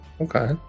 Okay